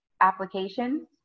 applications